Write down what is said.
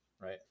right